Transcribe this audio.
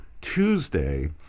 Tuesday